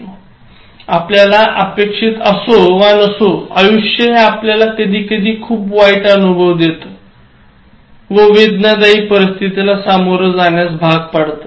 " आपल्याला अपेक्षित असो वा नसो आयुष्य हे आपल्याला कधीकधी खूप वाईट अनुभव देत व वेदनादायी परिस्थितीला सामोरे जाण्यास भाग पाडत